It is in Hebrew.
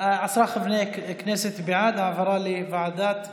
עשרה חברי כנסת בעד העברה לוועדת החינוך.